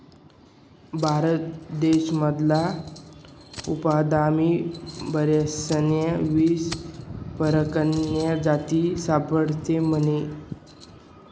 भारत देश मधला उपमहादीपमा बकरीस्न्या वीस परकारन्या जाती सापडतस म्हने